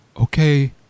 okay